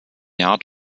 jahr